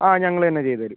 ആ ഞങ്ങൾ തന്നെ ചെയ്തുതരും